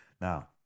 now